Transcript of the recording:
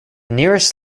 nearest